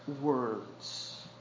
words